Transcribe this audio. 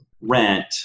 rent